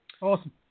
Awesome